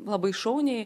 labai šauniai